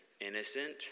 innocent